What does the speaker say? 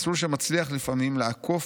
מסלול שמצליח לפעמים לעקוף